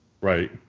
Right